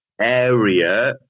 area